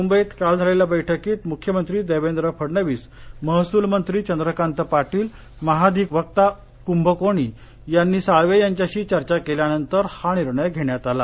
मुंबईत काल झालेल्या बैठकीत मुख्यमंत्री देवेंद्र फडणवीस महसूल मंत्री चंद्रकांत पाटील महाधिवक्ता कुंभकोणी यांनी साळवे यांच्याशी चर्चा केल्यानंतर हा निर्णय घेण्यात आला